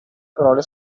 parole